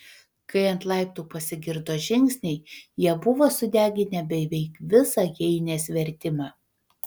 kai ant laiptų pasigirdo žingsniai jie buvo sudeginę beveik visą heinės vertimą